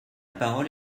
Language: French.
parole